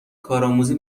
کارآموزی